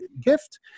gift